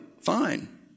fine